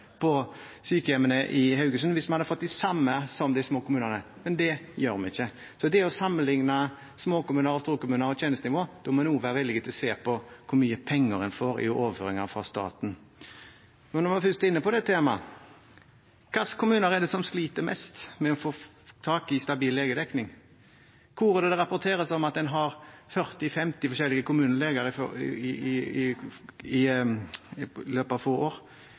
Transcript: sykehjemmene i Haugesund hvis vi hadde fått det samme som de små kommunene – men det gjør vi ikke. Så hvis man skal sammenlikne småkommuner og store kommuner når det gjelder tjenestenivå, må en også være villig til å se på hvor mye penger en får i overføringer fra staten. Når vi først er inne på dette temaet: Hvilke kommuner sliter mest med å få tak i stabil legedekning? Hvor rapporteres det om at en har 40–50 forskjellige kommuneleger i løpet av få år? Hvor bruker en store millionbeløp for å få